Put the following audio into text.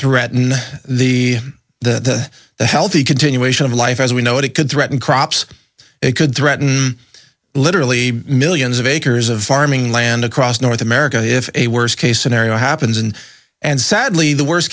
threaten the healthy continuation of life as we know it it could threaten crops it could threaten literally millions of acres of farming land across north america if a worst case scenario happens and and sadly the worst